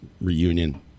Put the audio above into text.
reunion